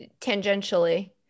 tangentially